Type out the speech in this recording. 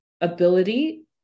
ability